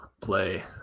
play